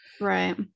right